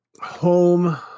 home